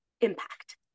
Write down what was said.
impact